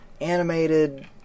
animated